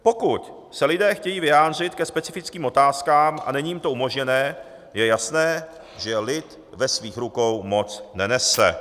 Pokud se lidé chtějí vyjádřit ke specifickým otázkám a není jim to umožněno, je jasné, že lid ve svých rukou moc nenese.